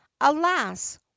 Alas